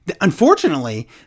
Unfortunately